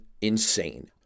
insane